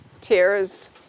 tears